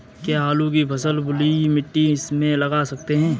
क्या आलू की फसल बलुई मिट्टी में लगा सकते हैं?